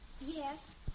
Yes